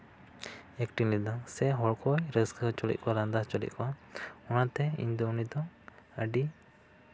acting ᱮᱫᱟ ᱥᱮ ᱦᱚᱲ ᱠᱚ ᱨᱟᱹᱥᱠᱟᱹ ᱦᱚᱪᱚ ᱞᱮᱜ ᱠᱚᱣᱟ ᱞᱟᱸᱫᱟ ᱦᱚᱪᱚ ᱞᱮᱜ ᱠᱚᱣᱟ ᱚᱱᱟᱛᱮ ᱤᱧ ᱫᱚ ᱩᱱᱤ ᱫᱚ ᱟᱹᱰᱤ